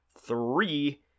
Three